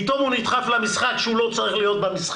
פתאום הוא נדחף למשחק, כשהוא לא צריך להיות במשחק,